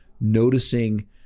noticing